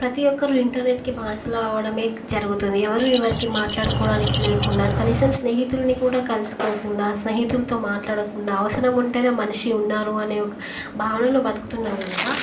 ప్రతి ఒక్కరు ఇంటర్నెట్కి బానిసలవ్వడమే జరుగుతుంది ఎవరు ఎవరికి మాట్లాడుకోవడానికి లేకుండా కనీసం స్నేహితులని కూడా కలుసుకోకుండా స్నేహితులతో మాట్లాడకుండా అవసరం ఉంటేనే మనిషి ఉన్నారు అనే ఒక భావనలో బ్రతుకుతున్నాము కనుక